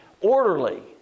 Orderly